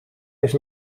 eens